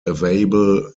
available